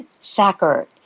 Sacker